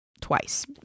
twice